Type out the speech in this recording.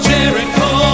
Jericho